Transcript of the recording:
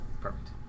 Perfect